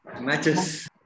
Matches